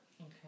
Okay